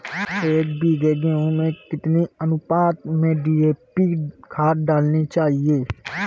एक बीघे गेहूँ में कितनी अनुपात में डी.ए.पी खाद डालनी चाहिए?